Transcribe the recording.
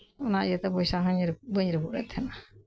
ᱚᱱᱟᱩᱤᱭᱟᱹᱛᱮ ᱯᱚᱭᱥᱟ ᱦᱚᱱ ᱵᱟᱹᱧ ᱨᱟᱹᱯᱩᱛᱮᱫ ᱛᱟᱦᱮᱸᱫ ᱟ